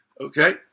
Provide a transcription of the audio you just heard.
Okay